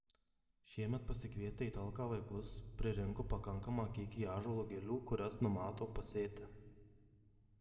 šiemet pasikvietę į talką vaikus pririnko pakankamą kiekį ąžuolo gilių kurias numato pasėti